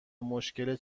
مشکل